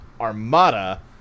Armada